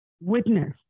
witness